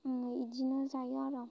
आङो बिदिनो जायो आरो